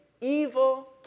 evil